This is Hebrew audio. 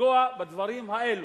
לנגוע בדברים האלו.